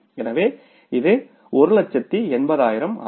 எனவே இது 1800000 ஆகும்